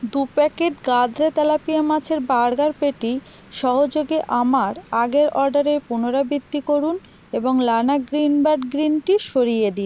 দু packet Gadre tilapia মাছের burger patty সহযোগে আমার আগের অর্ডারের পুনরাবিত্তি করুন এবং লানা গ্রীনবার্ড গ্রিন টি সরিয়ে দিন